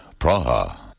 Praha